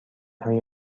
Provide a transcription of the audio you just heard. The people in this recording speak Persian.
های